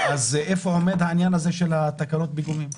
איפה עומד העניין הזה של תקנות הפיגומים?